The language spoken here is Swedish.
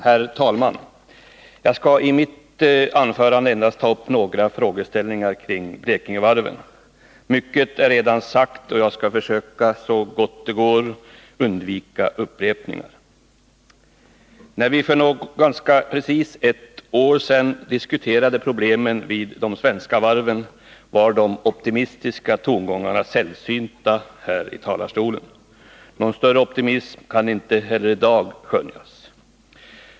Herr talman! Jag skall i mitt anförande endast ta upp några frågeställningar kring Blekingevarven. Mycket är redan sagt, och jag skall försöka att så gott det går undvika upprepningar. När vi för ganska precis ett år sedan diskuterade problemen vid de svenska varven var de optimistiska tongångarna sällsynta här i talarstolen. Någon större optimism kan inte heller i dag skönjas.